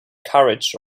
carriage